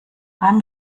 beim